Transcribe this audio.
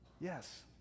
Yes